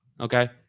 okay